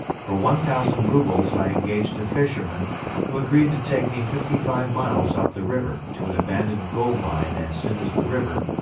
for one thousand roubles i engaged a fisherman who agreed to take me fifty-five miles up the river to an abandoned gold mine as soon as the river,